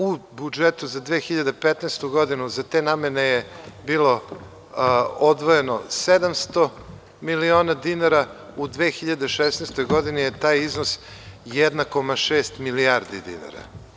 U budžetu za 2015. godinu za te namene je bilo odvojeno 700 miliona dinara, u 2016. godini je taj iznose 1,6 milijardi dinara.